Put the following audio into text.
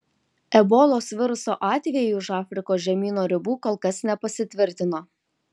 ebolos viruso atvejai už afrikos žemyno ribų kol kas nepasitvirtino